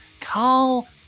Carl